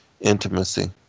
intimacy